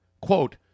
Quote